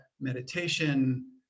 meditation